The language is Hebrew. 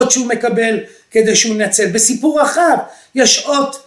שהוא מקבל כדי שהוא ינצל, בסיפור רחב, יש עוד